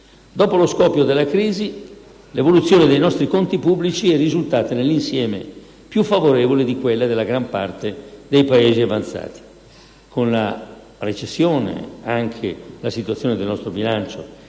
Dopo lo scoppio della crisi, l'evoluzione dei nostri conti pubblici è risultata, nell'insieme, più favorevole di quella della gran parte dei Paesi avanzati.